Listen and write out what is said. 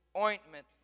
ointment